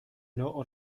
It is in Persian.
نوع